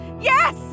Yes